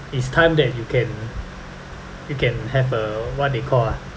it's time that you can you can have a what they call ah